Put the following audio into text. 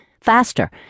faster